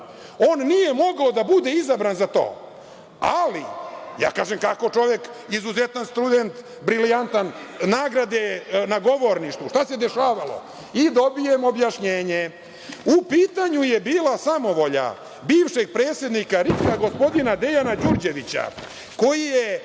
On nije mogao da bude izabran za to. Ja kažem – kako, čovek je izuzetan student, brilijantan, nagrade na govorništvu, šta se dešavalo? I dobijem objašnjenje – u pitanju je bila samovolja bivšeg predsednika RIK-a, gospodina Dejana Đurđevića, koji je